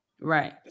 Right